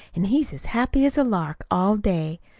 an' he's as happy as a lark all day.